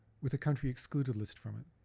with a country excluded list from it.